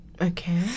Okay